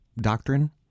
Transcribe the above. doctrine